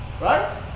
right